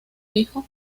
hijo